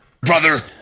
Brother